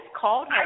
called